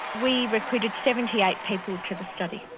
we recruited seventy eight people to the study.